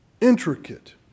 intricate